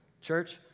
Church